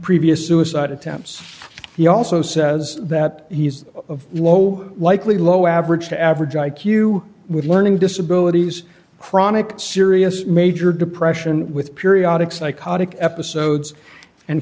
previous suicide attempts he also says that he's of low likely low average to average i q with learning disabilities chronic serious major depression with periodic psychotic episodes and